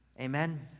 Amen